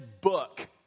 book